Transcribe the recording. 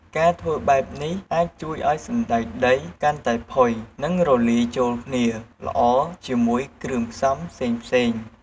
ការធ្វើបែបនេះអាចជួយឱ្យសណ្ដែកដីកាន់តែផុយ និងរលាយចូលគ្នាល្អជាមួយគ្រឿងផ្សំផ្សេងៗ។